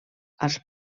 als